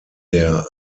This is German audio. der